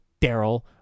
Daryl